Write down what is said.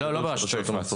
לא, היא לא ברשויות המפרץ.